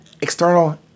external